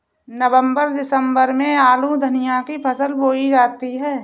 नवम्बर दिसम्बर में आलू धनिया की फसल बोई जाती है?